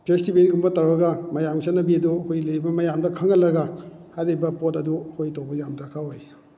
ꯐꯦꯁꯇꯤꯚꯦꯜꯒꯨꯝꯕ ꯇꯧꯔꯒ ꯃꯌꯥꯝꯒꯤ ꯆꯠꯅꯕꯤ ꯑꯗꯨ ꯑꯩꯈꯣꯏ ꯂꯩꯔꯤꯕ ꯃꯌꯥꯝꯗ ꯈꯪꯍꯜꯂꯒ ꯍꯥꯏꯔꯤꯕ ꯄꯣꯠ ꯑꯗꯨ ꯑꯩꯈꯣꯏ ꯇꯧꯕ ꯌꯥꯝ ꯗꯔꯀꯥꯔ ꯑꯣꯏ